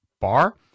Bar